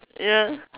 ya